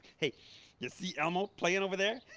hey you see elmo playing over there?